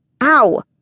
Ow